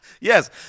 Yes